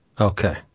Okay